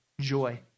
Joy